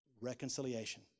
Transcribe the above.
Reconciliation